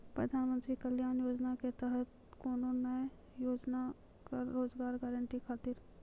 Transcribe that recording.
प्रधानमंत्री कल्याण योजना के तहत कोनो नया योजना बा का रोजगार गारंटी खातिर?